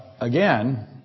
again